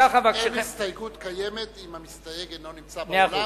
אין הסתייגות קיימת אם המסתייג אינו נמצא באולם,